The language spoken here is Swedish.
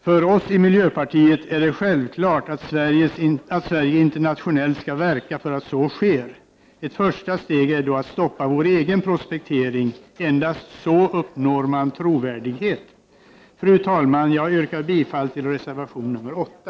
För oss i miljöpartiet är det självklart att Sverige internationellt skall verka för att så sker. Ett första steg är då att stoppa vår egen prospektering. Endast så uppnår man trovärdighet. Fru talman! Jag yrkar bifall till reservation nr 8.